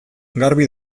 garbi